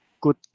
good